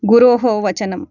गुरोः वचनं